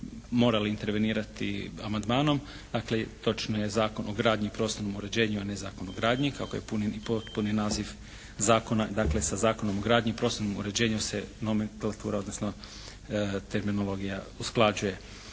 morali intervenirati amandmanom. Dakle točno je, Zakon o gradnji i prostornom uređenju, a ne Zakon o gradnji kako je potpuni naziv zakona dakle sa Zakonom o gradnji, prostornom uređenju se nomenklatura, odnosno terminologija usklađuje.